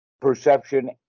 perception